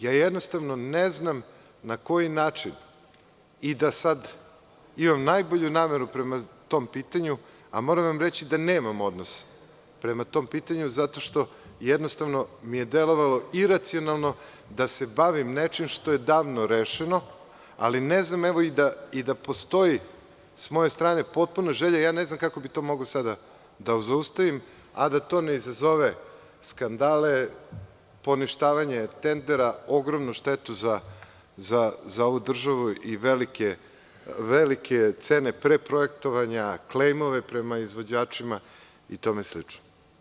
Jednostavno ne znam na koji način i da sad imam najbolju nameru prema tom pitanju, a moram vam reći da nemam odnos prema tom pitanju zato što jednostavno mi je delovalo iracionalno da se bavim nečem što je davno rešeno, ali ne znam, evo i da postoji s moje strane potpuna želja ne znam kako bih to mogao sada da zaustavim, a da to ne izazove skandale, poništavanje tendera, ogromnu štetu za ovu državu i velike cene preprojektovanja, klejmove prema izvođačima i tome slično.